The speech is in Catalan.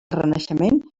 renaixement